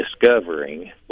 discovering